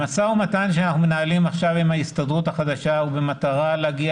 המשא ומתן שאנחנו מנהלים עכשיו עם ההסתדרות החדשה הוא במטרה להגיע